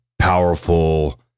Powerful